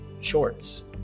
shorts